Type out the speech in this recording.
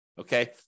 Okay